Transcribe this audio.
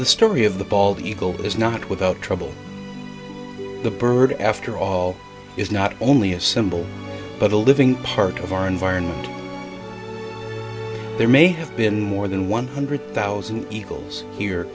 the story of the bald eagle is not without trouble the bird after all is not only a symbol but a living part of our environment there may have been more than one hundred thousand eagles here